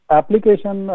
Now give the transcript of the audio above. application